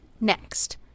next